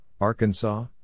Arkansas